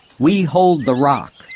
we hold the rock.